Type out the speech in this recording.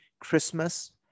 Christmas